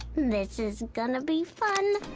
this is gonna be fun!